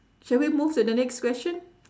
shall we move to the next question